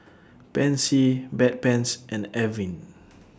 Pansy Bedpans and Avene